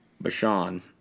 Bashan